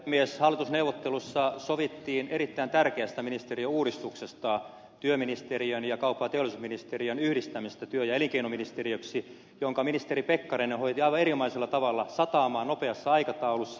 hallitusneuvottelussa sovittiin erittäin tärkeästä ministeriöuudistuksesta työministeriön ja kauppa ja teollisuusministeriön yhdistämisestä työ ja elinkeinoministeriöksi jonka ministeri pekkarinen hoiti aivan erinomaisella tavalla satamaan nopeassa aikataulussa